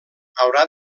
haurà